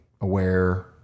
aware